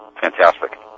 fantastic